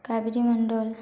Kaveri Mandal